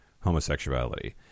homosexuality